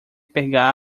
pegar